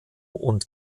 und